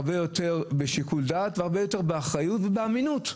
הרבה יותר בשיקול דעת והרבה יותר באחריות ובאמינות.